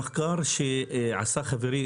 במחקר שעשה חברי,